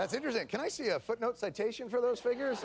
that's interesting can i see a footnote citation for those figures